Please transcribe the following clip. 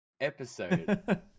episode